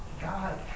God